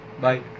Bye